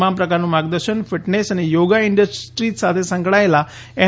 તમામ પ્રકારનું માર્ગદર્શન ફિટનેસ અને યોગા ઈન્ડસ્ટ્રીઝ સાથે સંકળાયેલ એન